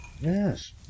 yes